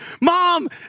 Mom